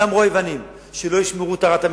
זה אמרו היוונים, שלא ישמרו טהרת המשפחה,